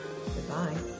Goodbye